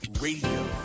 Radio